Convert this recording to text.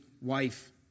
wife